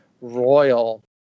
royal